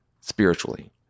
spiritually